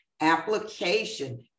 application